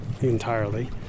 entirely